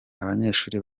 abanyeshuri